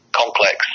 complex